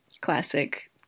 classic